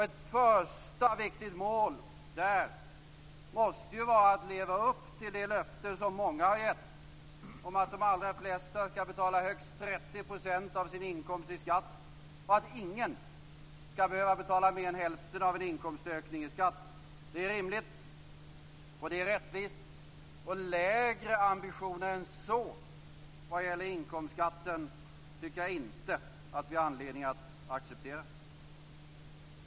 Ett första viktigt mål måste vara att leva upp till det löfte som många har gett, nämligen att de allra flesta skall betala högst 30 % av sin inkomst i skatt och att ingen skall behöva betala mer än hälften av en inkomstökning i skatt. Det är rimligt och rättvist. Lägre ambition än så vad gäller inkomstskatten tycker jag inte att vi har anledning att acceptera.